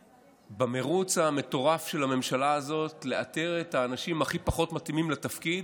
במרוץ המטורף של הממשלה הזאת לאתר את האנשים הכי פחות מתאימים לתפקיד,